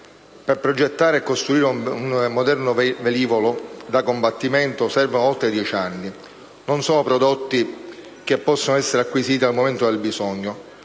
Per progettare e costruire un moderno velivolo da combattimento servono oltre dieci anni. Non sono prodotti che possano essere acquisiti al momento del bisogno.